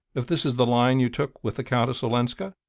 if this is the line you took with the countess olenska?